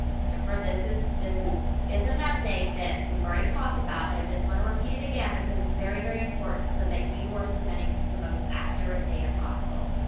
remember, this is, this is is an update that we've already talked about, but i just want to repeat it again because it's very, very important so that you are submitting the most accurate data possible.